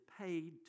paid